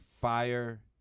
fire